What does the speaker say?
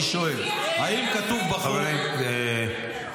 אני שואל: האם כתוב בחוק ------ חברים,